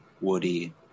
woody